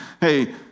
hey